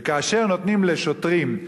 וכאשר נותנים לשוטרים,